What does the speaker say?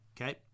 Okay